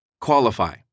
qualify